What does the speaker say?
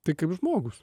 tai kaip žmogus